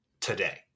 today